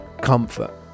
comfort